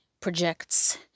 projects